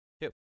Two